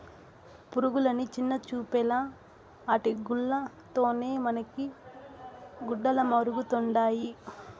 పురుగులని చిన్నచూపేలా ఆటి గూల్ల తోనే మనకి గుడ్డలమరుతండాయి